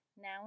now